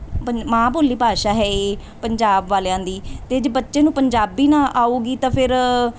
ਪੰਨ ਮਾਂ ਬੋਲੀ ਭਾਸ਼ਾ ਹੈ ਇਹ ਪੰਜਾਬ ਵਾਲਿਆਂ ਦੀ ਅਤੇ ਜੇ ਬੱਚੇ ਨੂੰ ਪੰਜਾਬੀ ਨਾ ਆਵੇਗੀ ਤਾਂ ਫਿਰ